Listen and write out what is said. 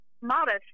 modest